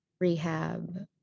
rehab